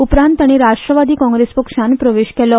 उपरांत ताणी राष्ट्रवादी काँग्रेस पक्षान प्रवेश केलो